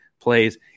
Plays